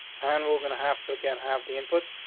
and we're gonna have to get have the input.